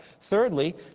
Thirdly